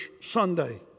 Sunday